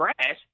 trash